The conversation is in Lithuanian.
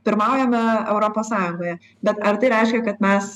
pirmaujame europos sąjungoje bet ar tai reiškia kad mes